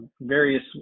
various